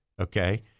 okay